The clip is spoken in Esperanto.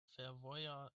fervoja